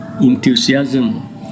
enthusiasm